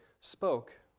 spoke